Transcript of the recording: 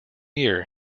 year